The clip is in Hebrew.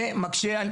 זה מקשה.